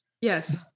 Yes